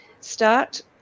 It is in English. start